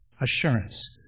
Assurance